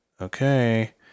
Okay